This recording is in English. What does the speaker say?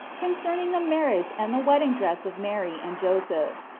concerning the marriage and the wedding dress of mary and joseph.